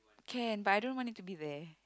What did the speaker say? can but I don't want it to be there